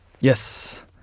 Yes